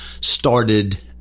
started